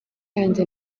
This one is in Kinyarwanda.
yanjye